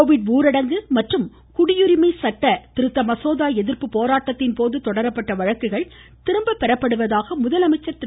Covid ஊரடங்கு மற்றும் குடியுரிமை சட்ட திருத்த மசோதா எதிர்ப்பு போராட்டத்தின் போது தொடரப்பட்ட வழக்குகளும் திரும்ப பெறப்படுவதாக முதலமைச்சர் திரு